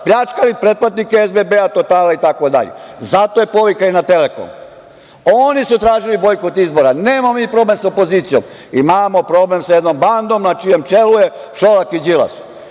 pljačkali pretplatnike SBB, Totala itd. Zato je povika i na "Telekom". Oni su tražili bojkot izbora, nemamo mi problem sa opozicijom, imamo problem sa jednom bandom na čijem čelu je Šolak i Đilas. Mi